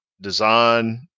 design